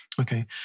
Okay